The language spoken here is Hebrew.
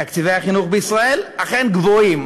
תקציבי החינוך בישראל אכן גבוהים,